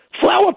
Flower